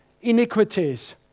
iniquities